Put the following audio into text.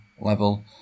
level